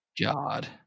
God